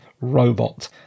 robot